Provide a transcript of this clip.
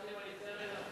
תסלח לי אם אני אצא רגע?